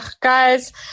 guys